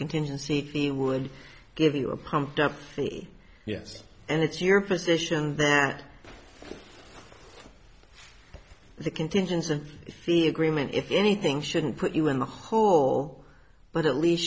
contingency fee would give you a pumped up yes and it's your position that the contingency fee agreement if anything shouldn't put you in the hole but at least